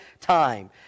time